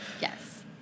Yes